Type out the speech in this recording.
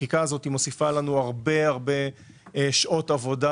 החקיקה הזו מוסיפה לנו הרבה שעות עבודה